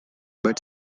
bud